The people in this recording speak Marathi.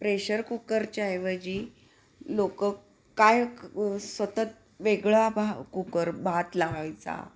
प्रेशर कुकरच्या ऐवजी लोक काय क सतत वेगळा भा कुकर भात लावायचा